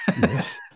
Yes